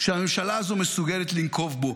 שהממשלה הזאת מסוגלת לנקוב בו?